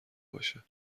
باشه